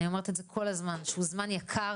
אני אומרת את זה כל הזמן - זה זמן יקר,